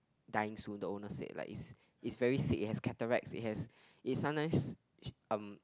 dying soon the owner said like it's it's very sick it has cataracts it has it sometimes she um